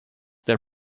their